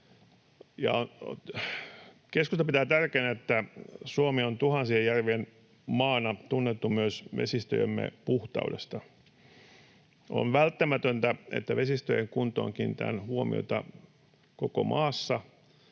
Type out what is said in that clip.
Keskusta pitää tärkeänä, että Suomi on tuhansien järvien maana tunnettu myös vesistöjemme puhtaudesta. On välttämätöntä, että vesistöjen kuntoon kiinnitetään huomiota koko maassa,